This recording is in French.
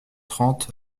trente